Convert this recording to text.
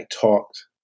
talked